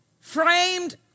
framed